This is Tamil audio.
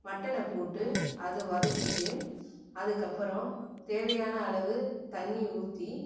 மட்டனை போட்டு அது வதக்கிட்டு அதுக்கப்புறம் தேவையான அளவு தண்ணி ஊற்றி